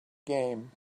game